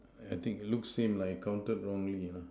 I think it looks same lah I counted wrongly uh